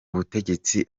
butegetsi